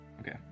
Okay